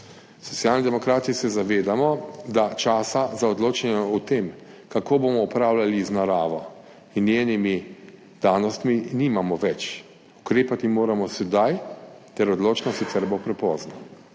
Socialni demokrati se zavedamo, da časa za odločanje o tem, kako bomo upravljali z naravo in njenimi danostmi, nimamo več. Ukrepati moramo sedaj ter odločno, sicer bo prepozno.